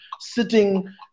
sitting